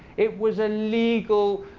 it was a legal